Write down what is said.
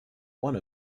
one